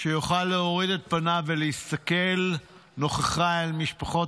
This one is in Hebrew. שיוכל להוריד את פניו ולהסתכל נכוחה אל משפחות